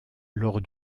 lors